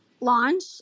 launch